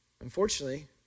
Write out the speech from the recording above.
Unfortunately